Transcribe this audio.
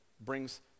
brings